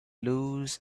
lose